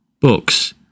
Books